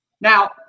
Now